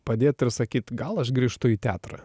padėt ir sakyt gal aš grįžtu į teatrą